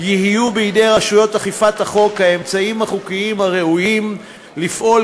יהיו בידי רשויות אכיפת החוק האמצעים החוקיים הראויים לפעול